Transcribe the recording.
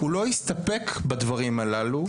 הוא לא הסתפק בדברים הללו,